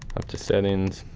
up to settings,